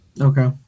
okay